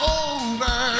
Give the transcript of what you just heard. over